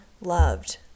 loved